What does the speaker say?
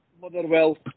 Motherwell